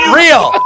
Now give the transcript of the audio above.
real